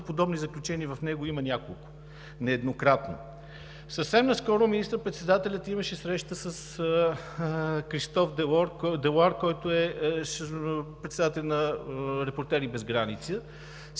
подобни заключения в него има няколко нееднократно. Съвсем наскоро министър-председателят имаше среща с Кристоф Делоар, който е председателят на „Репортери без граници“. Всички